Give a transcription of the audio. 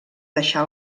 deixar